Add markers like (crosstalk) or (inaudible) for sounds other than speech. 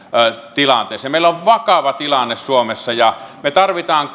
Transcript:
tilanteeseen meillä on vakava tilanne suomessa ja me tarvitsemme (unintelligible)